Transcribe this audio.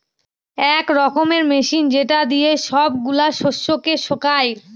এক রকমের মেশিন যেটা দিয়ে সব গুলা শস্যকে শুকায়